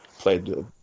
played